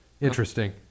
Interesting